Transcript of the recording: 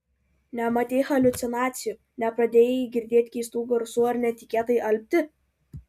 nematei haliucinacijų nepradėjai girdėti keistų garsų ar netikėtai alpti